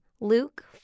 Luke